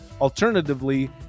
alternatively